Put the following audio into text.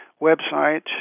website